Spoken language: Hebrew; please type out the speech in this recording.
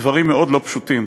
יש דברים מאוד לא פשוטים.